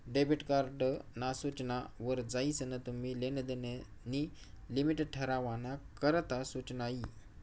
debit card ना सूचना वर जायीसन तुम्ही लेनदेन नी लिमिट ठरावाना करता सुचना यी